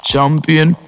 Champion